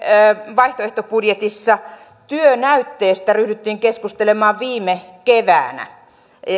vaihtoehtobudjetissa työnäytteestä ryhdyttiin keskustelemaan viime keväänä